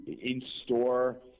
in-store